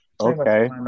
Okay